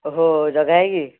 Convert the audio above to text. ଓହୋ ଜଗା ଭାଇ କି